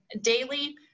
daily